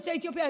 יוצאי אתיופיה,